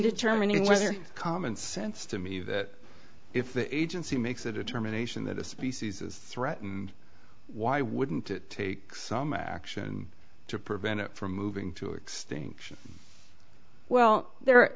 determining whether common sense to me that if the agency makes a determination that a species is threatened why wouldn't it take some action to prevent it from moving to extinction well there